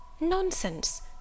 Nonsense